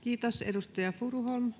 Kiitos. — Edustaja Furuholm.